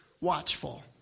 watchful